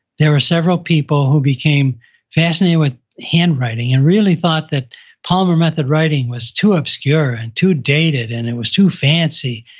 there were several people who became fascinated with handwriting and really thought that palmer method writing was too obscure and too dated and it was too fancy.